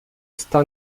está